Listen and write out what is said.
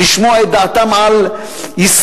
לשמוע את דעתם על ישראל.